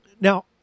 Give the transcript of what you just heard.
Now